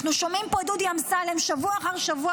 אנחנו שומעים פה את דודי אמסלם שבוע אחר שבוע